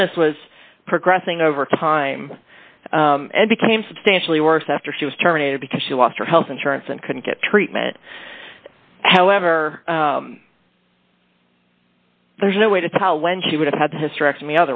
illness was progressing over time and became substantially worse after she was terminated because she lost her health insurance and couldn't get treatment however there's no way to tell when she would have had a hysterectomy